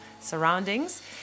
surroundings